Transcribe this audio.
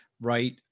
right